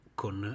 con